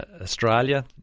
Australia